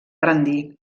rendir